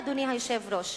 אדוני היושב-ראש,